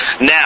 Now